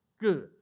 Good